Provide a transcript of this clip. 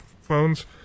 phones